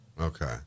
Okay